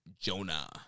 Jonah